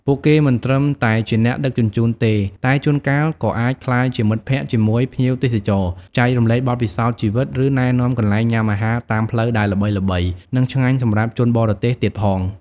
ពួកគេមិនត្រឹមតែជាអ្នកដឹកជញ្ជូនទេ តែជួនកាលក៏អាចក្លាយជាមិត្តភក្តិជាមួយភ្ញៀវទេសចរ ចែករំលែកបទពិសោធន៍ជីវិត ឬណែនាំកន្លែងញ៉ាំអាហារតាមផ្លូវដែលល្បីៗ និងឆ្ងាញ់សម្រាប់ជនបរទេសទៀតផង។